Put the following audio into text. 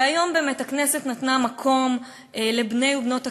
והיום באמת הכנסת נתנה מקום לבני ובנות הקהילה,